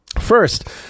First